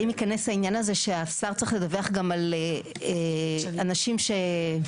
אם ייכנס העניין הזה שהשר צריך לדווח גם על אנשים שהתקבלו,